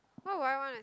what would I want